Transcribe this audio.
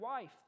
wife